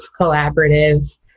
collaborative